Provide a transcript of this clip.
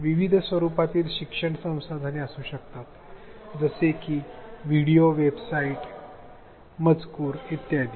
विविध स्वरूपातील शिक्षण संसाधने असू शकतात जसे की व्हिडिओ वेबसाइट्स मजकूर इत्यादि